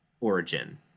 Origin